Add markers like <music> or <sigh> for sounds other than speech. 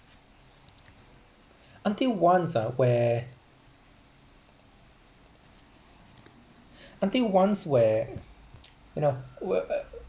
until once ah where until once where <noise> you know wher~